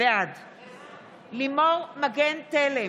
בעד לימור מגן תלם,